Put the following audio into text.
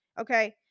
Okay